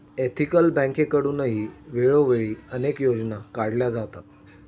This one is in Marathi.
एथिकल बँकेकडूनही वेळोवेळी अनेक योजना काढल्या जातात